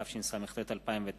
התשס"ט 2009,